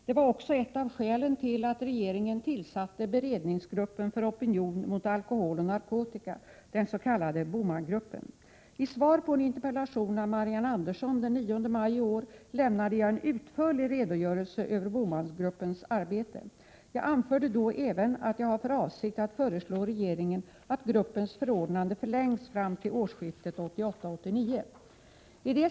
Det var också ett av skälen till att regeringen tillsatte beredningsgruppen för opinion mot alkohol och narkotika, den s.k. BOMAN-gruppen. I svar på en interpellation av Marianne Andersson den 9 maj i år lämnade jag en utförlig redogörelse över BOMAN-gruppens arbete. Jag anförde då även att jag har för avsikt att föreslå regeringen att gruppens förordnande förlängs fram till årsskiftet 1988-1989.